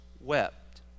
wept